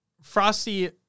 Frosty